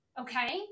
okay